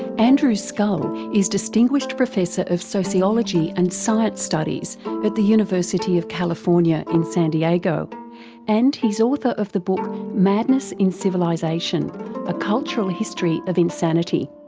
andrew scull is distinguished professor of sociology and science studies at the university of california in san diego and author of the book madness in civilisation a cultural history of insanity.